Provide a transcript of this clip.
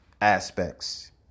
aspects